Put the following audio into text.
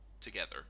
together